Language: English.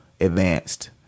advanced